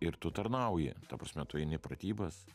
ir tu tarnauji ta prasme tu eini į pratybas